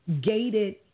gated